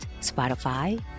Spotify